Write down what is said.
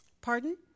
Pardon